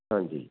ਹਾਂਜੀ